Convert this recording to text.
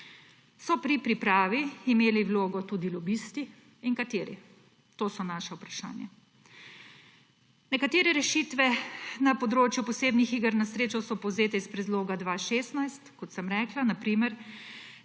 So pri pripravi imeli vlogo tudi lobisti? Kateri? To so naša vprašanja. Nekatere rešitve na področju posebnih iger na srečo so povzete iz predloga 2016, kot sem rekla, na primer